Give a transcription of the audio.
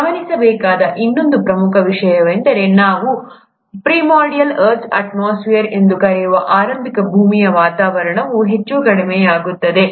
ಗಮನಿಸಬೇಕಾದ ಇನ್ನೊಂದು ಪ್ರಮುಖ ವಿಷಯವೆಂದರೆ ನಾವು ಪ್ರಿಮೋರ್ಡಿಯಲ್ ಅರ್ಥ್ ಅಟ್ಮೋಸ್ಫಿಯರ್primordial earth's atmosphere ಎಂದು ಕರೆಯುವ ಆರಂಭಿಕ ಭೂಮಿಯ ವಾತಾವರಣವು ಹೆಚ್ಚು ಕಡಿಮೆಯಾಗುತ್ತಿದೆ